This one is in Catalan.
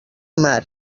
mar